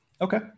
Okay